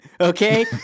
okay